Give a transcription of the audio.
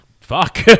Fuck